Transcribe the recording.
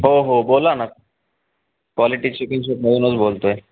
हो हो बोला ना क्वालिटी चिकन शॉपमधूनच बोलतो आहे